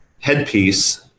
headpiece